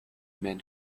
mène